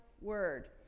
word